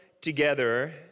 together